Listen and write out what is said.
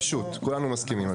פשוט, כולנו מסכימים על זה.